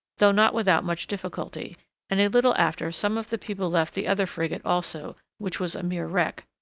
though not without much difficulty and a little after some of the people left the other frigate also, which was a mere wreck.